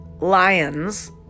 lions